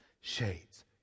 Shades